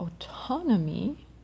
autonomy